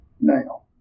now